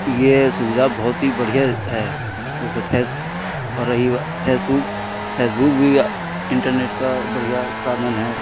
यह सुविधा बहुत ही बढ़ियाँ है जैसे फेस रही बात फेसबुक फेसबुक भी इन्टरनेट का बढ़ियाँ साधन है